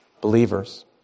believers